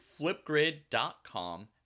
flipgrid.com